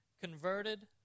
converted